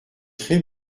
très